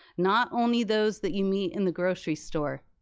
not only those that you meet in the grocery store.